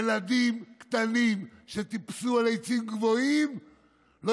ילדים קטנים שטיפסו על עצים גבוהים לא